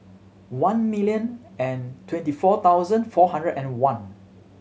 one million and twenty four thousand four hundred and one